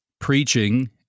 preaching